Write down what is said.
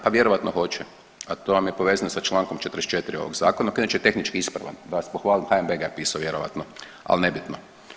Pa vjerojatno hoće, a to vam je povezano sa čl. 44. ovog zakona, koji je inače tehnički ispravan, da vas pohvalim, HNB ga je pisao vjerojatno, ali nebitno.